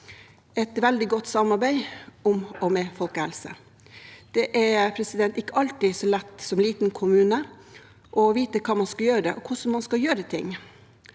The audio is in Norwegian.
et veldig godt samarbeid om folkehelse. Det er ikke alltid så lett som liten kommune å vite hva man skal gjøre, og hvordan man skal gjøre ting.